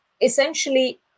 essentially